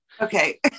okay